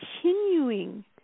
continuing